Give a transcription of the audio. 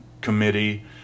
Committee